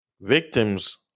Victims